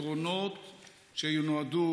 פארק המסילה הוא מוצר מאוד נדיר,